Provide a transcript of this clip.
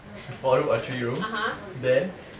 four room or three room then